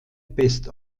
best